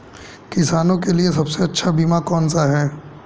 किसानों के लिए सबसे अच्छा बीमा कौन सा है?